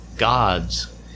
Gods